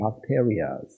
bacteria